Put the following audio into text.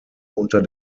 unter